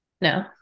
No